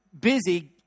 busy